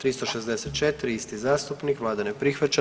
364. isti zastupnik, vlada ne prihvaća.